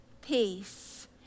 peace